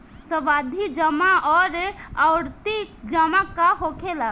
सावधि जमा आउर आवर्ती जमा का होखेला?